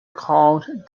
called